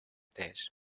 tehes